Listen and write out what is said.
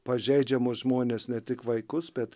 pažeidžiamus žmones ne tik vaikus bet